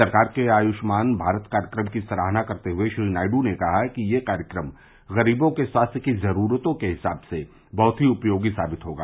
सरकार के आय्भान भारत कार्यक्रम की सराहना करते हुए श्री नायदू ने कहा कि यह कार्यक्रम गरीबों के स्वास्थ्य की जरूरतों के हिसाब से बहत ही उपयोगी साबित होगा